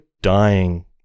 dying